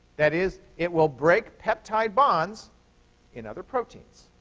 that is, it will break peptide bonds in other proteins.